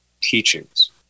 teachings